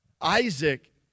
Isaac